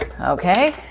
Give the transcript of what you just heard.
okay